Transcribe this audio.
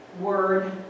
word